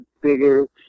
bigger